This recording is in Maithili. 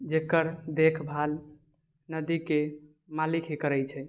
जकर देखभाल नदीके मालिक ही करै छै